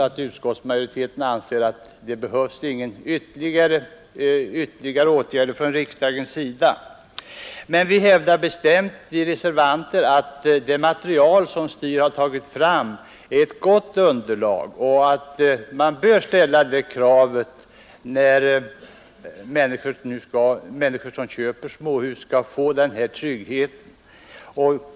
Utskottsmajoriteten anser därför att det inte behövs några ytterligare åtgärder från riksdagens sida. Vi reservanter hävdar bestämt att det material som STYR tagit fram är ett gott underlag och att man bör ställa kravet att människor som köper småhus skall få denna trygghet.